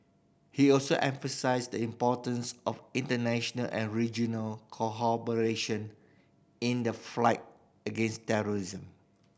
he also emphasised the importance of international and regional in the flight against terrorism